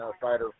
fighter